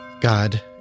God